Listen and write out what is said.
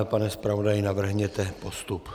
Pane zpravodaji, navrhněte postup.